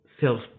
self